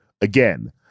Again